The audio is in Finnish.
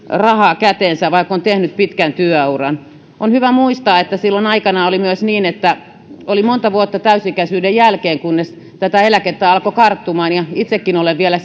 rahaa käteensä kuin mitä on takuueläke vaikka on tehnyt pitkän työuran on hyvä muistaa että silloin aikoinaan oli myös niin että meni monta vuotta täysi ikäisyyden jälkeen kunnes eläkettä alkoi karttumaan ja itsekin olen vielä